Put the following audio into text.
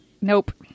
Nope